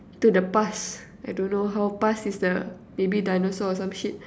to the past I don't know how past is the maybe dinosaur or some shit